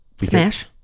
Smash